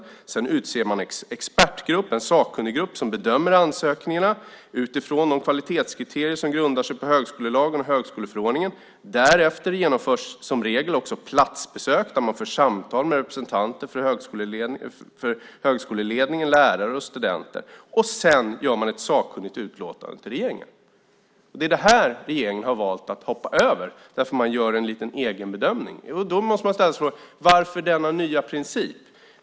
Därefter utser man expertgruppen, en sakkunniggrupp, som bedömer ansökningarna utifrån de kvalitetskriterier som grundar sig på högskolelagen och högskoleförordningen. Sedan genomförs som regel också platsbesök där man för samtal med representanter för högskoleledningen, lärare och studenter. Till sist lämnar man ett sakkunnigt utlåtande till regeringen. Det är det här regeringen har valt att hoppa över, därför att man gör en liten egen bedömning. Då måste man ställa sig frågan: Varför denna nya princip?